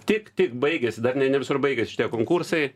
tik tik baigėsi dar ne ne visur baigėsi šitie konkursai